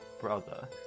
brother